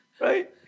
Right